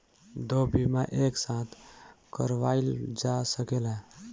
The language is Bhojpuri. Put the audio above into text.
दो बीमा एक साथ करवाईल जा सकेला?